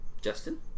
Justin